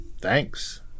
thanks